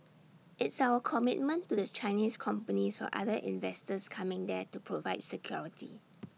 it's our commitment to the Chinese companies or other investors coming there to provide security